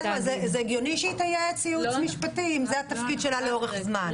זה הגיוני שהיא תייעץ ייעוץ משפטי אם זה התפקיד שלה לאורך זמן.